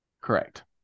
Correct